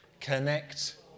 Connect